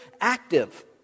active